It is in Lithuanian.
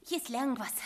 jis lengvas